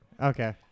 Okay